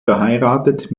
verheiratet